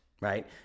right